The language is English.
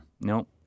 Nope